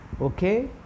Okay